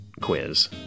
quiz